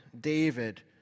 David